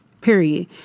period